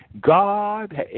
God